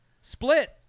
Split